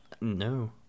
No